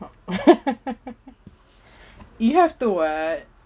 you have to uh